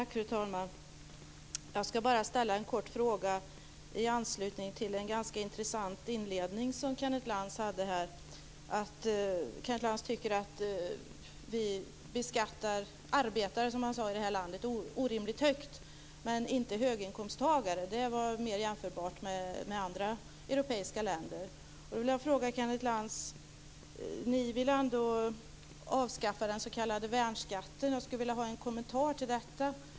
Fru talman! Jag ska bara ställa en kort fråga i anslutning till den ganska intressanta inledning som Kenneth Lantz hade här. Han tycker att vi beskattar arbetare - som han sade - i det här landet orimligt högt. Men det gäller inte höginkomsttagare, sade han, utan för dem är det mer jämförbart i andra europeiska länder. Jag vill ställa en fråga till Kenneth Lantz. Ni vill ju ändå avskaffa den s.k. värnskatten. Jag skulle vilja ha en kommentar till det.